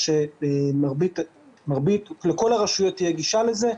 לכל הרשויות תהיה גישה לזה,